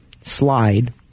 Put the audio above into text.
slide